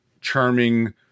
charming